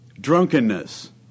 drunkenness